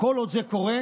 כל עוד זה קורה,